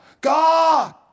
God